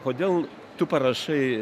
kodėl tu parašai